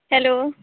hello